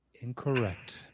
Incorrect